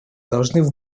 должны